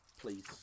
please